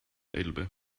elbe